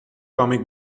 comic